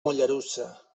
mollerussa